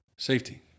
Safety